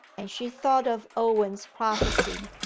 and she thought of owen's prophecy.